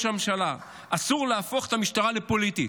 הממשלה: אסור להפוך את המשטרה לפוליטית.